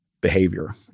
Behavior